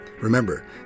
Remember